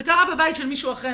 זה קרה בבית של מישהו אחר,